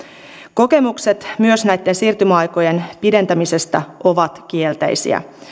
kokemukset myös näitten siirtymäaikojen pidentämisestä ovat kielteiset